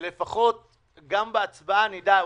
שלפחות בהצבעה נדע: